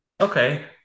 Okay